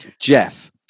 Jeff